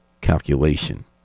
calculation